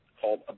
called